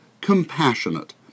compassionate